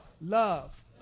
Love